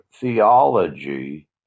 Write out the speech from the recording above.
theology